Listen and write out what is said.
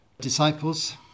disciples